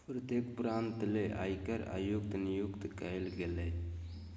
प्रत्येक प्रांत ले आयकर आयुक्त नियुक्त कइल गेलय